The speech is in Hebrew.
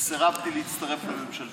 וסירבתי להצטרף לממשלתו.